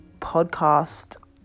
podcast